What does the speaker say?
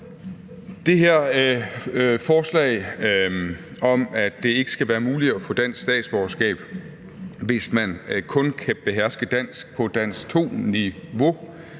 Det her forslag om, at det ikke skal være muligt at få dansk statsborgerskab, hvis man kun kan beherske dansk på dansk 2-niveau,